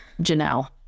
Janelle